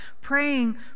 praying